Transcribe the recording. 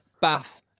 Bath